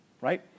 right